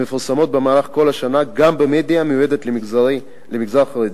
המפרסמות במהלך כל השנה גם במדיה המיועדת למגזר החרדי.